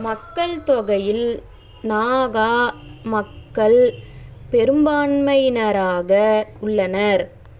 மக்கள்தொகையில் நாகா மக்கள் பெரும்பான்மையினராக உள்ளனர்